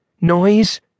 Noise